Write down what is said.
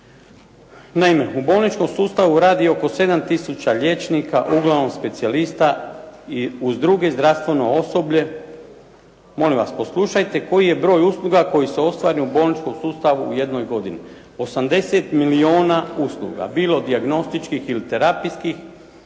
Naime, u bolničkom sustavu radi oko 7000 liječnika uglavnom specijalista i uz drugo zdravstveno osoblje, molim vas poslušajte koji je broj usluga koji se ostvari u bolničkom sustavu u jednoj godini. 80 milijuna usluga bilo dijagnostičkih ili terapijskih